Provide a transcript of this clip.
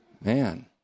man